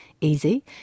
easy